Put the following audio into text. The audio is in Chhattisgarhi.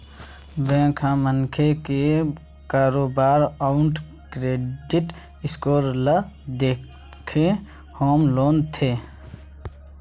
बेंक ह मनखे के कारोबार अउ क्रेडिट स्कोर ल देखके होम लोन देथे